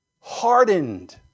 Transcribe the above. Hardened